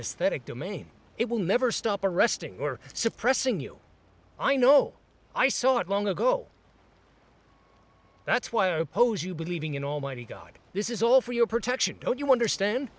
aesthetic domain it will never stop arresting or suppressing you i know i saw it long ago that's why i oppose you believing in almighty god this is all for your protection don't you understand